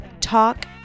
Talk